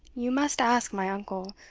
you must ask my uncle,